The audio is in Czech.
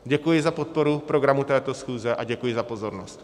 Děkuji za podporu programu této schůze a děkuji za pozornost.